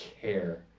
care